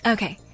Okay